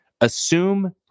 Assume